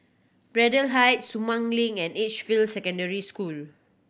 Braddell Heights Sumang Link and Edgefield Secondary School